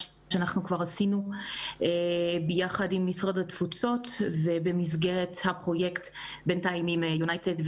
שאנחנו כבר עשינו ביחד עם משרד התפוצות ובמסגרת הפרויקט עם יונייטד,